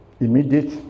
immediate